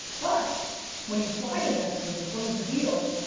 but when you fly to nestle to close the deal,